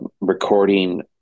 recording